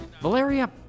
Valeria